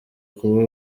kuba